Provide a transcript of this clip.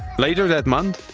later that month,